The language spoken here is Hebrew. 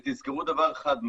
ותזכרו דבר אחד,